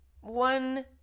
One